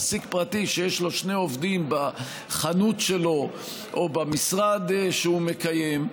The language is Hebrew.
מעסיק פרטי שיש לו שני עובדים בחנות שלו או במשרד שהוא מקיים,